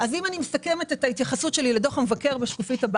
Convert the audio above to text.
אם אני מסכמת את ההתייחסות שלי לדוח המבקר ולפני